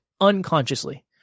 unconsciously